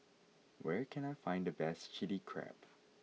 where can I find the best Chilli Crab